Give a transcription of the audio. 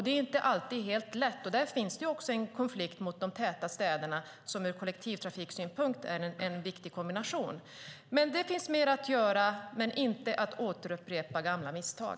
Det är inte alltid helt lätt, och där finns det också en konflikt mot de täta städerna, som ur kollektivtrafiksynpunkt är en viktig kombination. Det finns mer att göra - men inte att återupprepa gamla misstag.